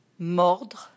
mordre